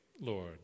Lord